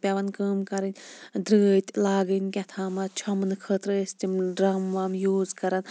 پیٚوان کٲم کَرٕنۍ درٛٲتۍ لاگٕنۍ کیٚتھامَتھ چھۄمبنہٕ خٲطرٕ ٲسۍ تِم ڈرم ورم یوٗز کَران